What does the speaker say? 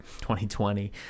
2020